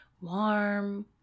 warm